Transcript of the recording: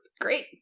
Great